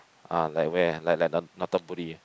ah like where like like Dotonbori ah